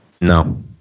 No